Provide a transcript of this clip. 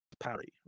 parry